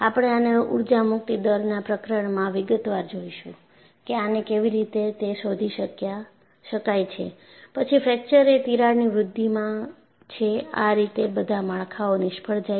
આપણે આને ઊર્જા મુક્તિ દર ના પ્રકરણમાં વિગતવાર જોઈશું કે આને કેવી રીતે તે શોધી શકાય છે પછી ફ્રેકચર એ તિરાડની વૃદ્ધિમાં છે આ રીતે બધા માળખાઓ નિષ્ફળ જાય છે